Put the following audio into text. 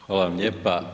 Hvala vam lijepa.